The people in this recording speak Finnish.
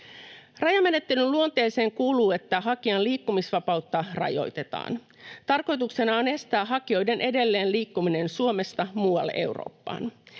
Rajamenettelyn luonteeseen kuuluu, että hakijan liikkumisvapautta rajoitetaan. Tarkoituksena on estää hakijoiden edelleen liikkuminen Suomesta muualle Eurooppaan.